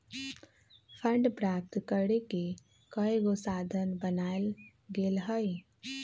fund प्राप्त करेके कयगो साधन बनाएल गेल हइ